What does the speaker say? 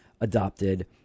adopted